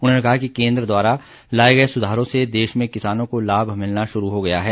उन्होंने कहा कि केंद्र द्वारा लाए गए सुधारों से देश में किसानों को लाभ मिलना शुरू हो गया है